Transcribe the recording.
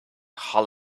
hull